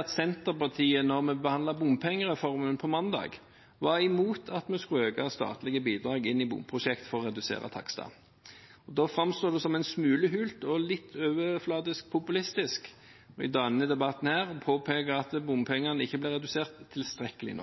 at Senterpartiet var imot at vi skulle øke statlige bidrag til bomprosjekt for å redusere takster da vi behandlet bompengereformen på mandag. Da framstår det som en smule hult og litt overfladisk populistisk når man i denne debatten påpeker at bompengene ikke blir redusert tilstrekkelig.